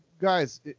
Guys